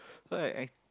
so I act